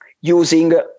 using